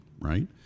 right